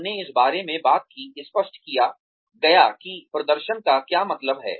हमने इस बारे में बात की स्पष्ट किया गया कि प्रदर्शन का क्या मतलब है